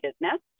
business